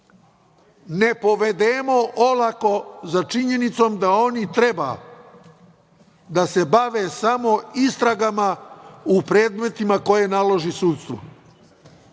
ne povedemo olako za činjenicom da oni treba da se bave samo istragama u predmetima koje naloži sudstvo.